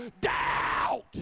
doubt